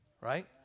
right